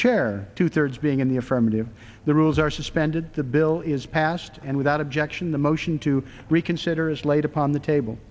chair two thirds being in the affirmative the rules are suspended the bill is passed and without objection the motion to reconsider is laid upon the table